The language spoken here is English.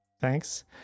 thanks